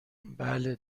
بله